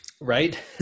Right